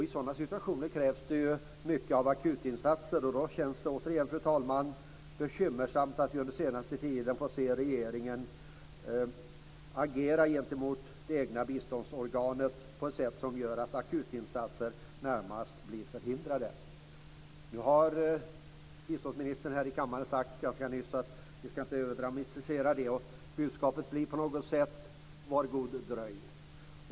I sådana situationer krävs det mycket av akutinsatser, och då känns det återigen bekymmersamt, fru talman, att vi under den senaste tiden har fått se regeringen agera gentemot det egna biståndsorganet på ett sätt som gör att akutinsatser närmast blir förhindrade. Nu har biståndsministerns ganska nyss här i kammaren sagt att vi inte skall överdramatisera detta. Budskapet blir på något sätt: Var god dröj.